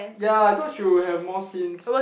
ya I thought she would have more scenes